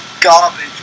garbage